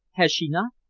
has she not?